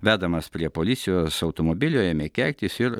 vedamas prie policijos automobilio ėmė keiktis ir